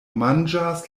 manĝas